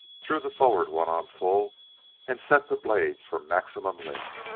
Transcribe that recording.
threw the forward one on full and set the blades for maximum lift,